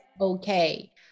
Okay